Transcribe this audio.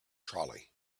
trolley